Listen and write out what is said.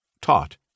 taught